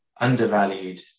undervalued